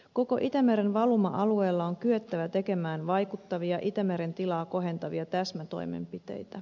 koko itämeren valuma alueella on kyettävä tekemään vaikuttavia itämeren tilaa kohentavia täsmätoimenpiteitä